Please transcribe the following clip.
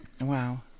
Wow